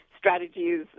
strategies